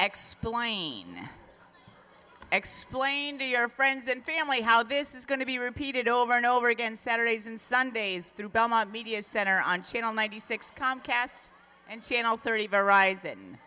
explain explain to your friends and family how this is going to be repeated over and over again saturdays and sundays through belmont media center on channel ninety six comcast and channel thirty